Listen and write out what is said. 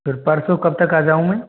फिर परसों कब तक आ जाऊँ मैं